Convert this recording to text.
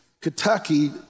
Kentucky